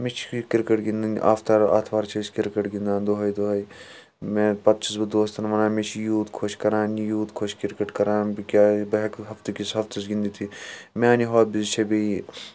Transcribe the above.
مےٚ چھُ کِرکَٹ گِنٛدٕنۍ اَتھوار اَتھوار چھِ أسۍ کِرکَٹ گِنٛدان دُۄہَے دُۄہَے مےٚ پَتہٕ چھُس بہٕ دُوستَن وَنان مےٚ چھِ یُوٗت خۄش کران یہِ یُوٗت خۄش کِرکَٹ کران بہٕ کِیٛازِ بہٕ ہیٚکہٕ ہَفتہٕ کِس ہَفتَس گِنٛدِتھ یہِ مِیٛانہِ ہابِیٖز چھِ بیٚیہِ